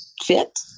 fit